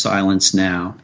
silence now